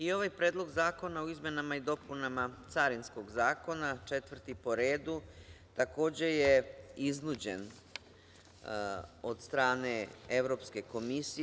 Ovaj Predlog zakona o izmenama i dopunama Carinskog zakona, četvrti po redu, takođe je iznuđen od strane Evropske komisije.